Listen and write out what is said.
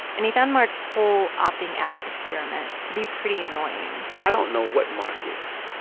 and he found mark's whole opting out experiment to be pretty annoying i don't know what mark is.